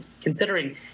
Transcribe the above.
considering